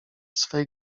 swej